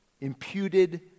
imputed